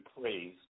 praise